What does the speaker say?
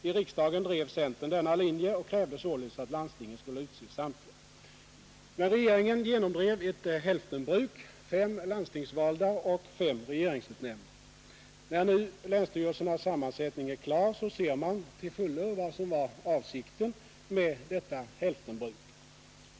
I riksdagen drev centern denna linje och krävde således att landstingen skulle utse samtliga. Men regeringen genomdrev ett hälftenbruk — fem landstingsvalda och fem regeringsutnämnda. När nu länsstyrelsernas sammansättning är klar ser man till fullo vad som var avsikten med detta hälftenbruk.